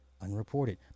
Unreported